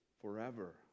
forever